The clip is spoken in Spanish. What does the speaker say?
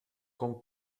con